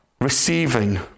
receiving